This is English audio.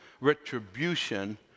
retribution